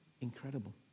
incredible